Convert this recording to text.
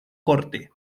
corte